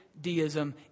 deism